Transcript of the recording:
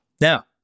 Now